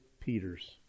Peter's